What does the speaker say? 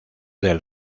del